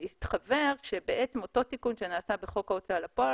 התחוור שאותו תיקון שנעשה בחוק ההוצאה לפועל,